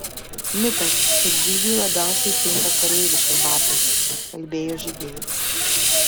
mitas kad žygiui labiausiai tinka kareiviški batai kalbėjo žygeivis